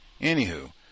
Anywho